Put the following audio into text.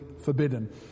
forbidden